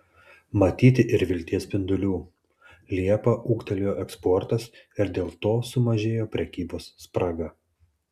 matyti ir vilties spindulių liepą ūgtelėjo eksportas ir dėl to sumažėjo prekybos spraga